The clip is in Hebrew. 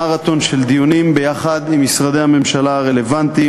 מרתון של דיונים ביחד עם משרדי הממשלה הרלוונטיים,